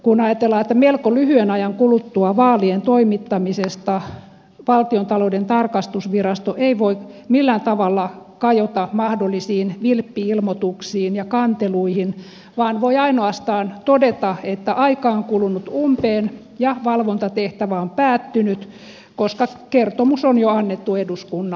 kun ajatellaan että melko lyhyen ajan kuluttua vaalien toimittamisesta valtiontalouden tarkastusvirasto ei voi millään tavalla kajota mahdollisiin vilppi ilmoituksiin ja kanteluihin vaan voi ainoastaan todeta että aika on kulunut umpeen ja valvontatehtävä on päättynyt koska kertomus on jo annettu eduskunnalle